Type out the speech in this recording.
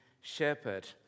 shepherd